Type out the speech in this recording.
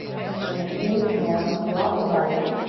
so inhale, drop the belly.